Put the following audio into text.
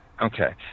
Okay